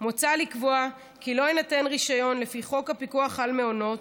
מוצע לקבוע כי לא יינתן רישיון לפי חוק הפיקוח על מעונות,